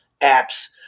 apps